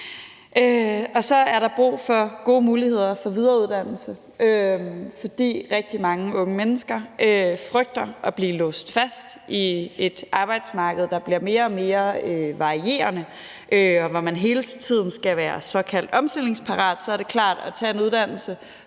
af. Så er der brug for gode muligheder for videreuddannelse. For rigtig mange unge mennesker frygter at blive låst fast i et arbejdsmarked, der bliver mere og mere varierende, og hvor man hele tiden skal være såkaldt omstillingsparat, og så er det klart, at det at tage en uddannelse,